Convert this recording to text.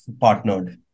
partnered